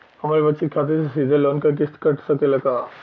हमरे बचत खाते से सीधे लोन क किस्त कट सकेला का?